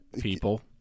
people